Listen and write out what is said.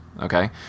okay